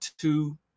two